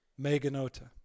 Meganota